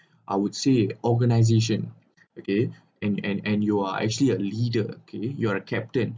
I would say organisation again and and and you are actually a leader okay you're a captain